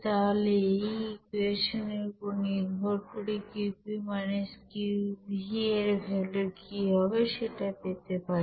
তাহলে এই ইকুয়েশন এর উপর নির্ভর করে Qp - Qv এর ভ্যালু কি হবে সেটা পেতে পারি